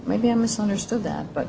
maybe i misunderstood that but